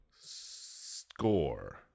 Score